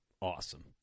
awesome